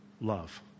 love